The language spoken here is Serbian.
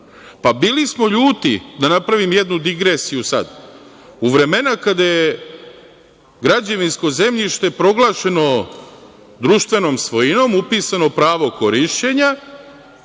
smo ljuti, da napravim jednu digresiju sad, u vremena kada je građevinsko zemljište proglašeno društvenom svojinom, upisano pravo korišćenja